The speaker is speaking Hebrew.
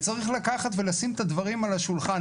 וצריך לקחת ולשים את הדברים על השולחן.